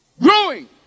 Growing